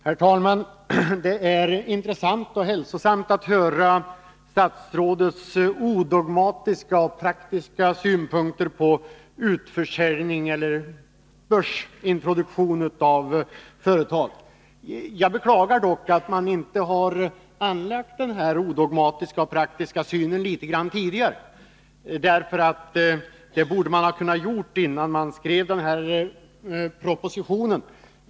Herr talman! Det är intressant och hälsosamt att höra statsrådets odogmatiska och praktiska synpunkter på utförsäljning eller börsintroduktion av företag. Jag beklagar dock att man inte har anlagt den odogmatiska och praktiska synen litet grand tidigare — det borde man ha kunnat göra innan man skrev den här propositionen.